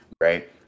right